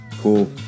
cool